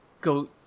go